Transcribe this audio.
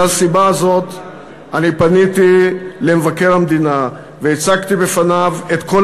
מסיבה זו אני פניתי למבקר המדינה והצגתי בפניו את כל